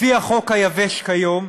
לפי החוק היבש כיום,